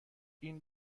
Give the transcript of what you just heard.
این